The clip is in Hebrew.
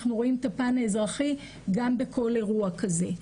אנחנו רואים את הפן האזרחי גם בכל אירוע כזה.